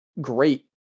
great